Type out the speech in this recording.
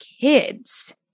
kids